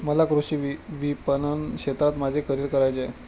मला कृषी विपणन क्षेत्रात माझे करिअर करायचे आहे